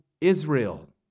Israel